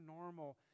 normal